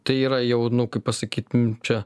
tai yra jau nu kaip pasakyt čia